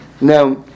Now